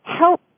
help